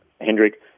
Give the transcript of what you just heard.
Hendrik